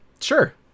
Sure